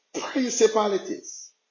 principalities